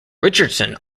richardson